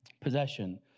possession